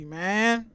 man